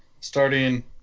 Starting